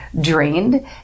drained